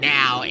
now